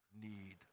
need